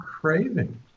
craving